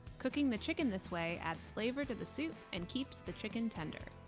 cooking the chicken this way adds flavor to the soup and keeps the chicken tender.